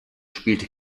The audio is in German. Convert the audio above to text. spielte